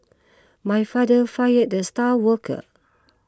my father fired the star worker